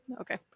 Okay